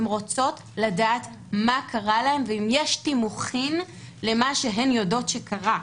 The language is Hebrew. הן רוצות לדעת מה קרה להן ואם יש תימוכין למה שהן יודעות שקרה.